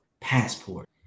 passport